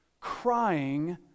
crying